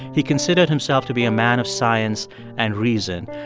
he considered himself to be a man of science and reason.